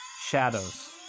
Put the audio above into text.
shadows